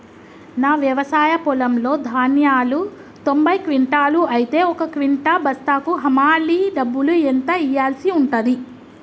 నా వ్యవసాయ పొలంలో ధాన్యాలు తొంభై క్వింటాలు అయితే ఒక క్వింటా బస్తాకు హమాలీ డబ్బులు ఎంత ఇయ్యాల్సి ఉంటది?